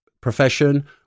profession